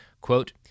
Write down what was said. Quote